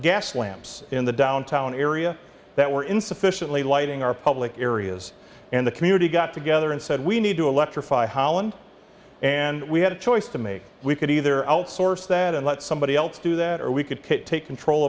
gas lamps in the downtown area that were insufficiently lighting our public areas and the community got together and said we need to electrify holland and we had a choice to make we could either outsource that and let somebody else do that or we could take control